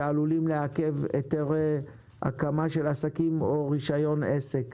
שעלולים לעכב היתרי הקמה של עסקים או רישיון עסק.